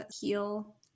heal